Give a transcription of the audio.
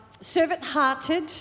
Servant-Hearted